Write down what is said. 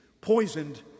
poisoned